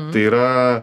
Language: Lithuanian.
tai yra